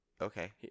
Okay